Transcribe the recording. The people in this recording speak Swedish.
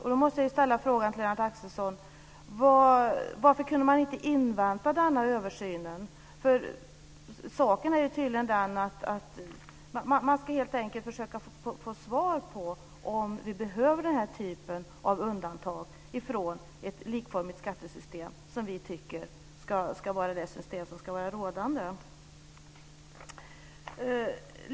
Jag måste fråga Lennart Axelsson varför man inte kunde invänta denna översyn. Saken är tydligen den att man helt enkelt ska försöka få svar på om vi behöver denna typ av undantag i ett likformigt skattesystem, som vi tycker är det system som ska vara rådande.